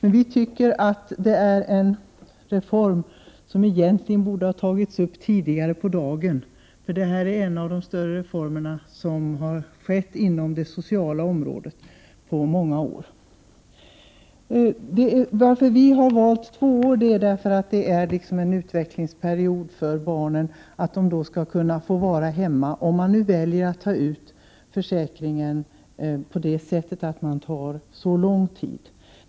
Vi tycker emellertid att det är en reform som egentligen borde ha tagits upp tidigare på dagen, eftersom det är en av de större reformerna inom det sociala området på många år. Varför har vi då valt två år? Jo, det är en utvecklingsperiod för barnen. Barnen skall kunna få vara hemma om föräldern väljer att ta ut försäkringen under så lång tid.